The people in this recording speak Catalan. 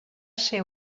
ser